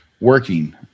working